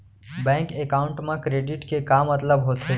Bank account मा credit के का मतलब होथे?